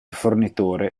fornitore